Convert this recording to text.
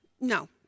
No